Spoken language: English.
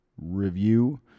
review